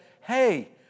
hey